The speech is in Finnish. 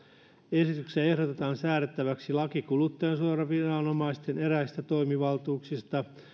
esityksessä ehdotetaan säädettäväksi laki kuluttajansuojaviranomaisten eräistä toimivaltuuksista